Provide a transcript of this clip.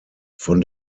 von